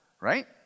right